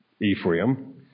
Ephraim